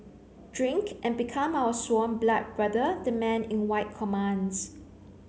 drink and become our sworn blood brother the man in white commands